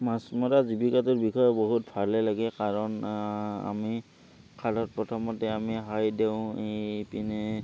মাছ মৰা জীৱিকাটোৰ বিষয়ে বহুত ভালে লাগে কাৰণ আমি খালত প্ৰথমতে আমি হেৰি দিওঁ এই পিনে